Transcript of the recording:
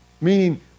meaning